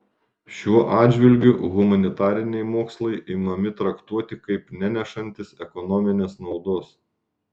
šiuo atžvilgiu humanitariniai mokslai imami traktuoti kaip nenešantys ekonominės naudos